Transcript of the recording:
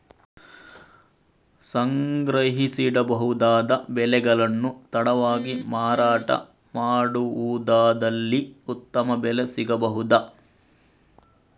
ಸಂಗ್ರಹಿಸಿಡಬಹುದಾದ ಬೆಳೆಗಳನ್ನು ತಡವಾಗಿ ಮಾರಾಟ ಮಾಡುವುದಾದಲ್ಲಿ ಉತ್ತಮ ಬೆಲೆ ಸಿಗಬಹುದಾ?